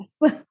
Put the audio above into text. yes